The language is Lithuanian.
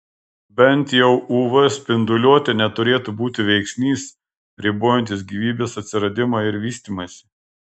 bent jau uv spinduliuotė neturėtų būti veiksnys ribojantis gyvybės atsiradimą ir vystymąsi